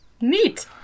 Neat